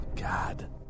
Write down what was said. God